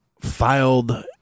filed